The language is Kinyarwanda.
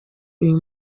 uyu